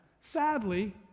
Sadly